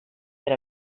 per